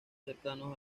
cercanos